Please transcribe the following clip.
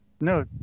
No